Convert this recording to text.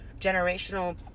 generational